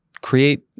create